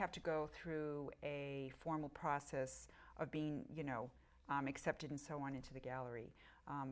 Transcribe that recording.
have to go through a formal process of being you know i'm accepted and so on into the gallery